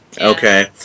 Okay